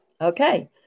Okay